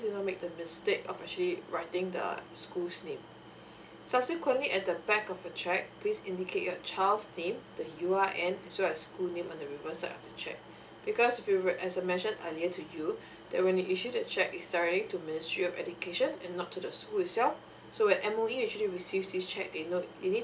do not make the mistake of actually writing the school's name subsequently at the back of your cheque please indicate your child's name , the U_R_N as well as school name on the reverse side of the cheque because if you write as I mentioned earlier to you that when you issue the cheque it is directly to ministry of education and not to the school itself so when M_O_E actually receives this cheque they know they need